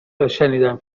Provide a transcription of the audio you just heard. هاشنیدم